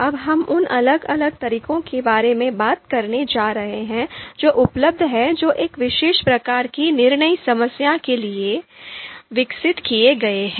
अब हम उन अलग अलग तरीकों के बारे में बात करने जा रहे हैं जो उपलब्ध हैं जो एक विशेष प्रकार की निर्णय समस्या के लिए विकसित किए गए हैं